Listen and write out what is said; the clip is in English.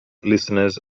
listeners